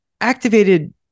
activated